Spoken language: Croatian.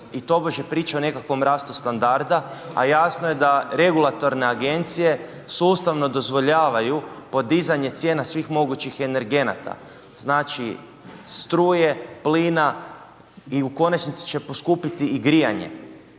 i tobože priča o nekakvom rastu standarda a jasno je da regulatorne agencije sustavno dozvoljavaju podizanje cijena svih mogućih energenata, znači struje, plina i u konačnici će poskupiti i grijanje.